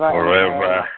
Forever